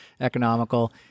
economical